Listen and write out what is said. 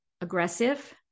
aggressive